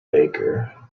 baker